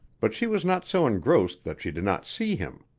but she was not so engrossed that she did not see him.